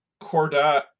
Cordat